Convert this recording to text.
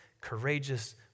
courageous